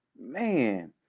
man